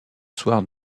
soir